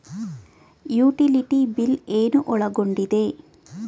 Utility bill ಏನು ಒಳಗೊಂಡಿದೆ?